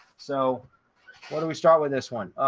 so why don't we start with this one?